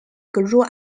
grew